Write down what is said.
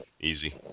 Easy